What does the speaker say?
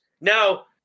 Now